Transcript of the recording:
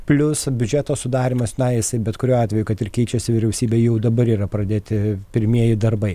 plius biudžeto sudarymas na isai bet kuriuo atveju kad ir keičiasi vyriausybė jau dabar yra pradėti pirmieji darbai